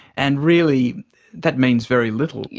and really that means very little.